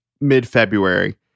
mid-February